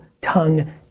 tongue